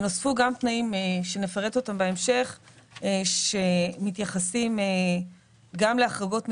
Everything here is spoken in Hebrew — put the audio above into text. נוספו גם תנאים שנפרט אותם בהמשך שמתייחסים גם להחרגות מסוימות.